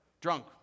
Drunk